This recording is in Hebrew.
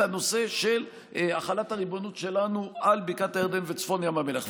את הנושא של החלת הריבונות שלנו על בקעת הירדן וצפון ים המלח,